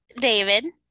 David